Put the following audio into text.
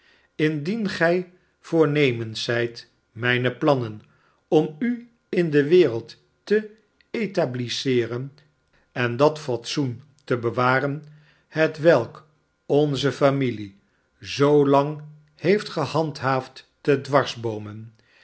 indien gij voornemens zijt mijne plannen om u in de wereld te etablisseeren en dat fatsoen te bewaren hetwelk onze familie zoolang heeft gehandhaafd te